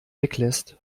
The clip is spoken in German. weglässt